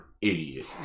idiot